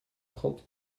trente